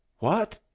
what,